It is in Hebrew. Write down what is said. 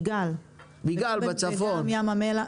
כך גם מו"פ ים המלח.